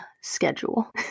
schedule